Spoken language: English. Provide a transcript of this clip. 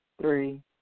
Three